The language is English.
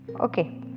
okay